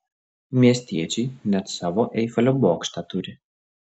miestiečiai net savo eifelio bokštą turi